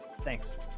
Thanks